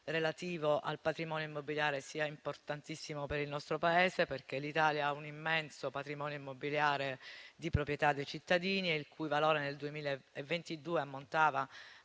relativo al patrimonio immobiliare sia importantissimo per il nostro Paese, perché l'Italia ha un immenso patrimonio immobiliare di proprietà dei cittadini, il cui valore nel 2022 ammontava